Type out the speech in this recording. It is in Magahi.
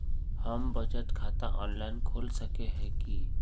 हम बचत खाता ऑनलाइन खोल सके है की?